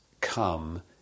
come